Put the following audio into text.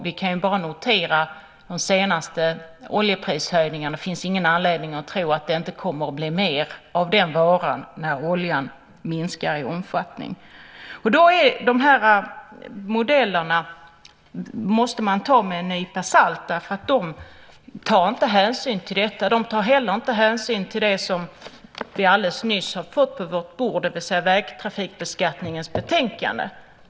Vi kan bara notera de senaste oljeprishöjningarna. Det finns ingen anledning att tro att det inte kommer att bli mer av den varan när oljan minskar i omfattning. De här modellerna måste man ta med en nypa salt, därför att de tar inte hänsyn till detta. De tar inte heller hänsyn till det som vi alldeles nyss har fått på vårt bord, det vill säga Vägtrafikskatteutredningens betänkande.